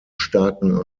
starken